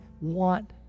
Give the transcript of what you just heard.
want